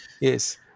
yes